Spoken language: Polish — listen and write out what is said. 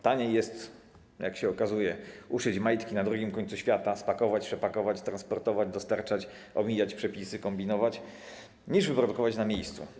Taniej jest, jak się okazuje, uszyć majtki na drugim końcu świata, spakować, przepakować, transportować, dostarczać, omijać przepisy, kombinować niż wyprodukować na miejscu.